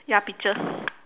ya peaches